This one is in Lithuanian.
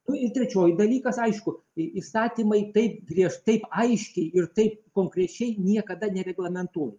nu ir trečioji dalykas aišku įstatymai taip griežtai aiškiai ir tai konkrečiai niekada nereglamentuoja